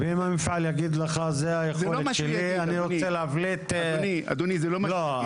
ואם המפעל יגיד לך זה היכולת שלי אני רוצה ל- -- אדוני זה לא --- לא,